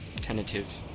tentative